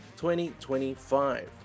2025